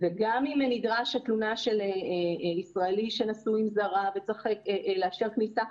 גם תלונה של ישראלי שנשוי עם זרה וצריך לאשר כניסה.